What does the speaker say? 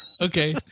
Okay